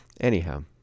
Anyhow